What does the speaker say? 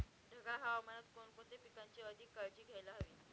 ढगाळ हवामानात कोणकोणत्या पिकांची अधिक काळजी घ्यायला हवी?